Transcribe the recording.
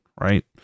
right